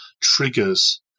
triggers